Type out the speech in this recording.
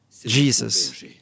Jesus